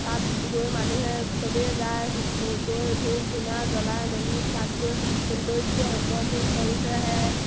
তাত গৈ মানুহে চবেই যায় গৈ ধূপ ধূনা জ্বলাই মেলি তাত গৈ সৌন্দৰ্য উপভোগ কৰি থৈ আহে